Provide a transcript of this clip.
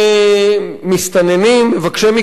מסתננים, מבקשי מקלט.